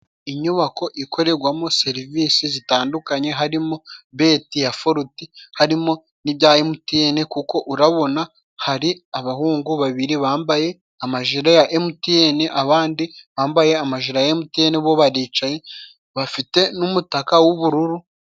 Inyubako ikorerwamo serivisi zitandukanye, harimo beti ya foroti harimo n'ibya emutiyeni, kuko urabona hari abahungu babiri bambaye amajire ya emutiyeni, abandi bambaye amajire ya emutiyeni bo baricaye bafite n'umutaka w'ubururu.